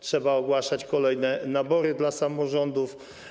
Trzeba ogłaszać kolejne nabory dla samorządów.